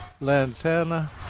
lantana